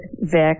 Vic